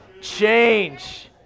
Change